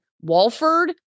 Walford